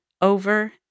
over